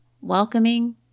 welcoming